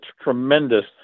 tremendous